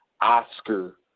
Oscar